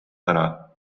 ära